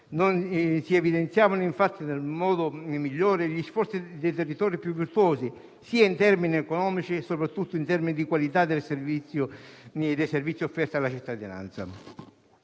non si evidenziavano, infatti, nel modo migliore gli sforzi dei territori più virtuosi in termini economici e, soprattutto, di qualità dei servizi offerti alla cittadinanza.